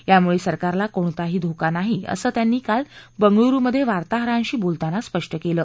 यामुळे सरकारला कोणतहानी धोका नाही असं त्यांनी काल बंगळुरूमध्ये वार्ताहरांशी बोलताना स्पष्ट केलं